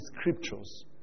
scriptures